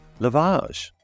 Lavage